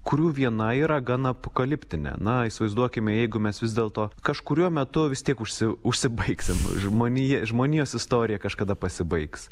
kurių viena yra gana apokaliptinė na įsivaizduokime jeigu mes vis dėlto kažkuriuo metu vis tiek užsi užsibaigsim žmonija žmonijos istorija kažkada pasibaigs